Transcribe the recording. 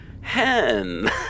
hen